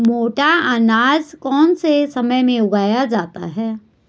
मोटा अनाज कौन से समय में उगाया जाता है?